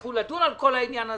ויצטרכו לדון על כל העניין הזה,